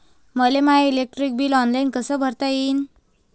मले माय electric bill online कस भरता येईन?